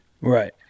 Right